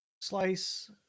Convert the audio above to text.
Slice